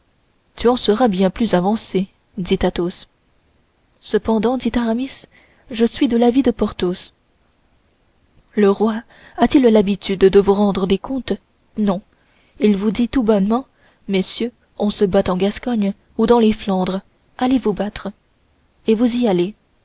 tu en seras bien plus avancé dit athos cependant dit aramis je suis de l'avis de porthos le roi a-t-il l'habitude de vous rendre des comptes non il vous dit tout bonnement messieurs on se bat en gascogne ou dans les flandres allez vous battre et vous y allez